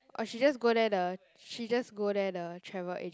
or she just go there the she just go there the travel agent